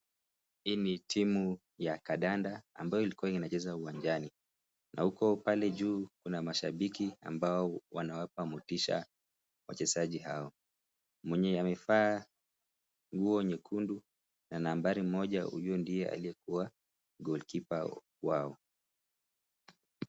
Hii ni timu ya kandanda ambayo, ilikua inacheza uwanjani. Na huko pale juu, kuna mashabiki ambao wanawapa motisha wachezaji hawa. Mwenye amevaa nguo nyekundu na nambari moja, huyu ndiye aliyekua golikipa wao.